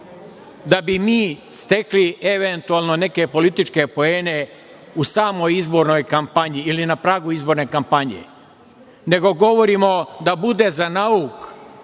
da bismo stekli, eventualno, neke političke poene u samoj izbornoj kampanji ili na pragu izborne kampanje, nego govorimo da bude za nauk